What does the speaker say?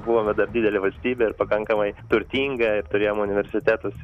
buvome dar didelė valstybė ir pakankamai turtinga turėjom universitetus